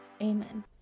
Amen